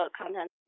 content